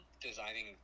designing